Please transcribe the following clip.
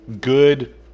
good